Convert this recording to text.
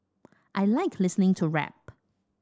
I like listening to rap